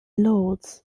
lords